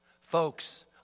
Folks